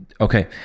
okay